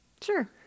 Sure